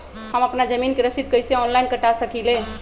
हम अपना जमीन के रसीद कईसे ऑनलाइन कटा सकिले?